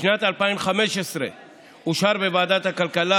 בשנת 2015 אושר בוועדת הכלכלה,